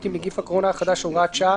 עם נגיף הקורונה החדש (הוראת שעה),